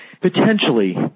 potentially